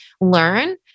learn